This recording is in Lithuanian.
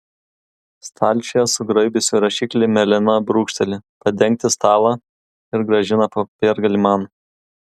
stalčiuje sugraibiusi rašiklį melena brūkšteli padengti stalą ir grąžina popiergalį man